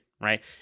right